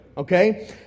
Okay